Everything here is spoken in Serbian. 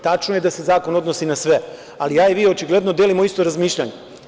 Tačno je da se zakon odnosi na sve, ali ja i vi očigledno delimo isto razmišljanje.